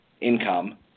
income